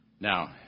Now